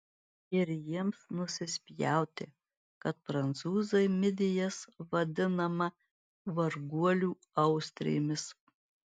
ir jiems nusispjauti kad prancūzai midijas vadinama varguolių austrėmis